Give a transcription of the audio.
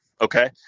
Okay